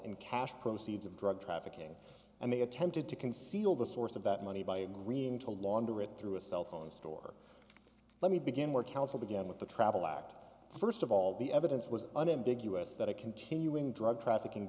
in cash proceeds of drug trafficking and they attempted to conceal the source of that money by agreeing to launder it through a cell phone store let me begin where council began with the travel act st of all the evidence was unambiguous that a continuing drug trafficking